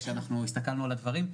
כשאנחנו הסתכלנו על הדברים,